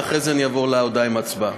ואחרי זה אני אעבור להודעה עם ההצבעה.